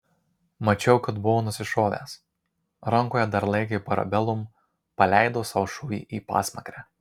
mačiau kad buvo nusišovęs rankoje dar laikė parabellum paleido sau šūvį į pasmakrę